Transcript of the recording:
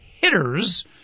hitters